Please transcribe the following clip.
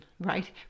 right